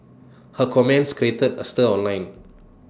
her comments created A stir online